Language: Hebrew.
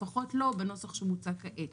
לפחות לא בנוסח שמוצע כעת